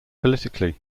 politically